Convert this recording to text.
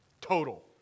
total